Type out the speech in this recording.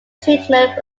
treatment